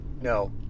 no